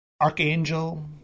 archangel